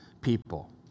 people